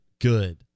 good